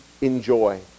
enjoy